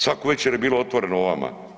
Svaku večer je bilo otvoreno o vama.